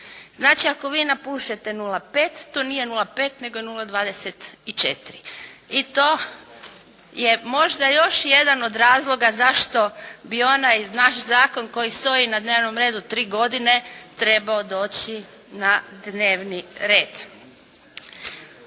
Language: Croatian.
Znači ako vi napušete 0,5 to nije 0,5 nego je 0,24. I to je možda još jedan od razloga zašto bi onaj naš zakon koji stoji na dnevnom redu 3 godine trebao doći na dnevni red.